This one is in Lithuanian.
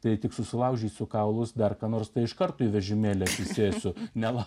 tai tik susilaužysiu kaulus dar ką nors tai iškart vežimėlį aš įsėsiu neva